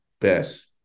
best